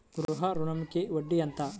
గృహ ఋణంకి వడ్డీ ఎంత?